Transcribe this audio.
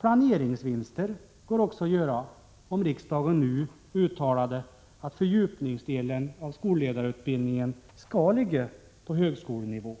Planeringsvinster skulle också kunna göras om riksdagen nu uttalade att fördjupningsdelen när det gäller skolledarutbildningen skall ligga på högskolenivå.